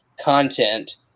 content